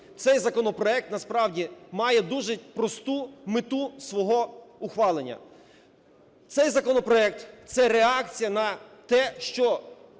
цей законопроект насправді має дуже просту мету свого ухвалення. Цей законопроект – це реакція на те, що